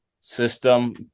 system